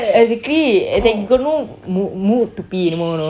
exactly and they got no mo~ mood to pee anymore you know